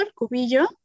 Cubillo